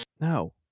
No